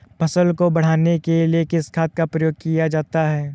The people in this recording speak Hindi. फसल को बढ़ाने के लिए किस खाद का प्रयोग किया जाता है?